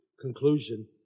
conclusion